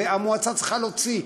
והמועצה צריכה להוציא.